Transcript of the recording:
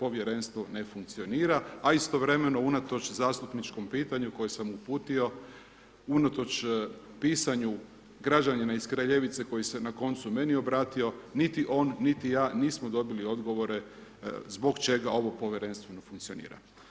povjerenstvo ne funkcionira a istovremeno unatoč zastupničkom pitanju koje sam uputio unatoč pisanju građanina iz Kraljevice koji se na koncu meni obratio, niti on niti ja nismo dobili odgovore zbog čega ovo povjerenstvo ne funkcionira.